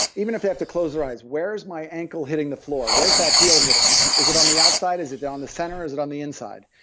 even if they have to close their eyes, where's my ankle hitting the floor? where's that heel hitting? is it on the outside, is it on the center, is it on the inside?